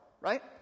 right